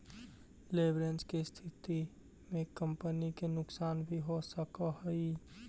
leverage के स्थिति में कंपनी के नुकसान भी हो सकऽ हई